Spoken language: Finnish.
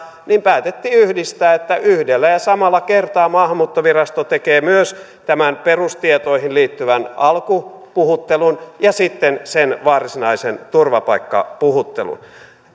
niin päätettiin yhdistää että yhdellä ja samalla kertaa maahanmuuttovirasto tekee myös tämän perustietoihin liittyvän alkupuhuttelun ja sitten sen varsinaisen turvapaikkapuhuttelun